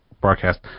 broadcast